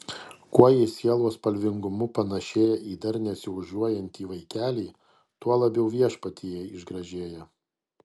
kuo jis sielos spalvingumu panašėja į dar nesiožiuojantį vaikelį tuo labiau viešpatyje išgražėja